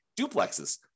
duplexes